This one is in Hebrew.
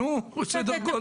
תנו סדר גודל.